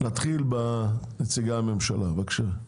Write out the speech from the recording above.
נתחיל בנציגי הממשלה, בבקשה.